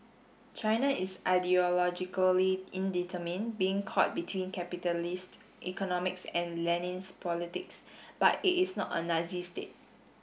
China is ideologically indeterminate being caught between capitalist economics and Leninist politics but it is not a Nazi state